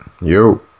Yo